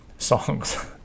songs